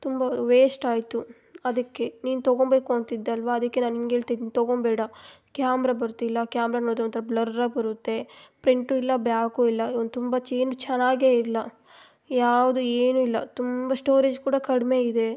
ತುಂಬ ವೇಶ್ಟ್ ಆಯಿತು ಅದಕ್ಕೆ ನೀನು ತಗೊಬೇಕು ಅಂತಿದ್ದೆ ಅಲ್ವ ಅದಕ್ಕೆ ನಾನು ನಿಂಗೇಳ್ತಿನಿ ತಗೊಬೇಡ ಕ್ಯಾಮ್ರ ಬರ್ತಿಲ್ಲ ಕ್ಯಾಮ್ರ ನೋಡಿದ್ರೆ ಒಂಥರ ಬ್ಲರಾಗಿ ಬರುತ್ತೆ ಪ್ರಂಟು ಇಲ್ಲ ಬ್ಯಾಕು ಇಲ್ಲ ತುಂಬ ಚೇನ್ ಚೆನ್ನಾಗೆ ಇಲ್ಲ ಯಾವುದು ಏನು ಇಲ್ಲ ತುಂಬ ಸ್ಟೋರೇಜ್ ಕೂಡ ಕಡಿಮೆ ಇದೆ